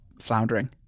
floundering